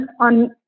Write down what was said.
on